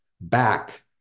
Back